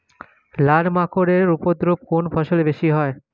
লাল মাকড় এর উপদ্রব কোন ফসলে বেশি হয়?